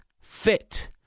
fit